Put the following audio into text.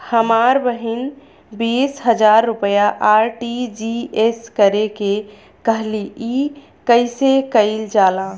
हमर बहिन बीस हजार रुपया आर.टी.जी.एस करे के कहली ह कईसे कईल जाला?